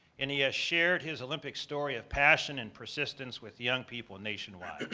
and he has shared his olympic story of passion and persistence with young people nationwide.